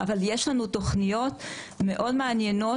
אבל יש לנו תוכניות מאוד מעניינות